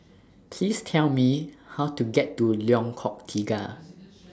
Please Tell Me How to get to Lengkok Tiga